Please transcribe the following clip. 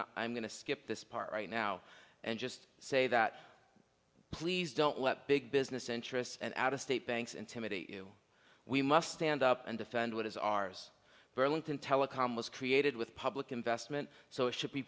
not i'm going to skip this part right now and just say that please don't let big business interests and out of state banks intimidate you we must stand up and defend what is ours burlington telecom was created with public investment so it should be